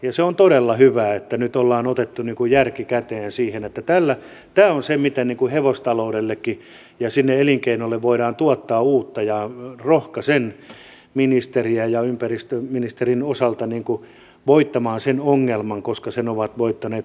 ja se on todella hyvä että nyt ollaan otettu järki käteen siinä että tämä on se miten hevostaloudellekin ja sinne elinkeinolle voidaan tuottaa uutta ja rohkaisen ministeriä ympäristöministeriön osalta voittamaan sen ongelman koska sen ovat voittaneet ruotsalaisetkin